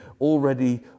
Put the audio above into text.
already